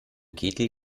kittel